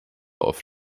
auf